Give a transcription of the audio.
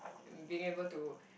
and being able to